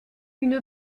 une